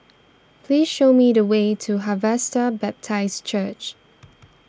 please show me the way to Harvester Baptist Church